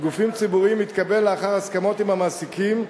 גופים ציבוריים התקבל לאחר הסכמות עם המעסיקים,